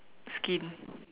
skin